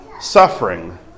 suffering